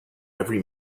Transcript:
every